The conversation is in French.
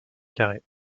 carré